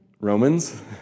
Romans